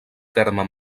terme